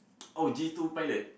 oh G two pilot